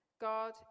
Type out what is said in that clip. God